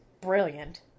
brilliant